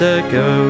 ago